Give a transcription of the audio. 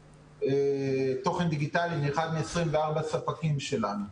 תוכן דיגיטלי מאחד מ-24 הספקים שלנו,